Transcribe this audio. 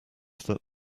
that